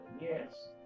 Yes